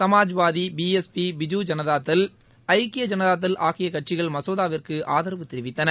Samajwadi BSP பிஜூஜனதா Dal ஐக்கிய ஜனதாதள் ஆகிய கட்சிகள் மசோதாவிற்கு ஆதரவு தெரிவித்தன